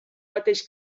mateix